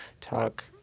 talk